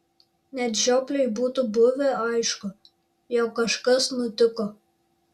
net žiopliui būtų buvę aišku jog kažkas nutiko